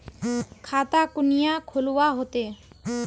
खाता कुनियाँ खोलवा होते?